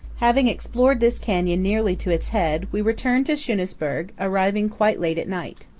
having explored this canyon nearly to its head, we return to schunesburg, arriving quite late at night.